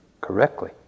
correctly